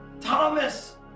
Thomas